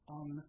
on